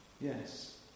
Yes